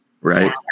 right